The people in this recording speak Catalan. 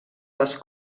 les